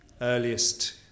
earliest